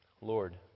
Lord